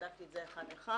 בדקתי את זה אחד-אחד.